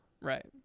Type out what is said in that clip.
Right